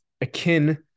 akin